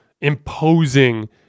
imposing